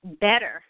better